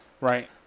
right